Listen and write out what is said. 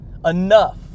enough